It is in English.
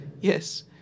yes